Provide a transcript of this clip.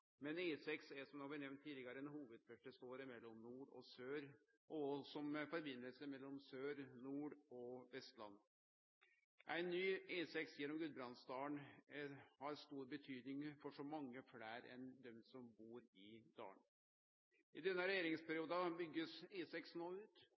Men E6 er – som det har vore nemnt tidlegare – ei hovudferdselsåre mellom nord og sør og som forbindelse mellom sør, nord og Vestlandet. Ein ny E6 gjennom Gudbrandsdalen har stor betydning for så mange fleire enn dei som bur i dalen. I denne